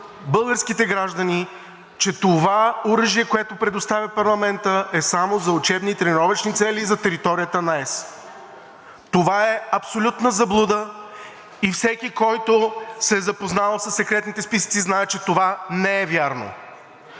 българските граждани, че това оръжие, което предоставя парламентът, е само за учебни и тренировъчни цели за територията на ЕС. Това е абсолютна заблуда и всеки, който се е запознал със секретните списъци, знае, че това не е вярно.